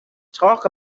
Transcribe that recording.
talk